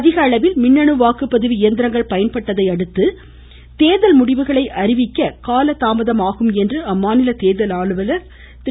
அதிகளவில் மின்னணு வாக்குப்பதிவு இயந்திரங்கள் பயன்படுத்தப்பட்டதை அடுத்து தேர்தல் முடிவுகள் அறிவிக்க கால தாமதம் ஆகும் என்று அம்மாநில தேர்தல் அலுவலர் திரு